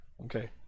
okay